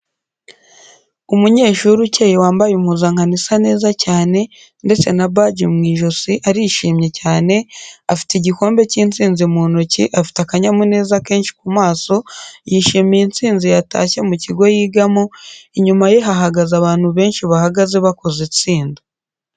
Umunyeshuri ukeye wambaye impuzankano isa neza cyane ndetse na badge mu ijosi arishimye cyane ifite igikombe cy'insinzi muntoki afite akanyamuneza kenshi kumaso yishimiye insinzi yatashye mukigo yigamo, inyuma ye hahagaze abantu benshi bahagaze bakoze itsinda.